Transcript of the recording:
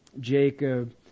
Jacob